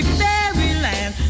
fairyland